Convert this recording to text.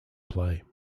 play